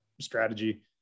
strategy